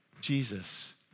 Jesus